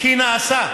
כי נעשָה